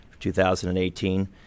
2018